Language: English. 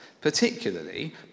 particularly